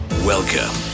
Welcome